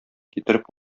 китереп